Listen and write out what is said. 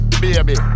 baby